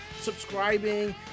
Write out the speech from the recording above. Subscribing